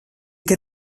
que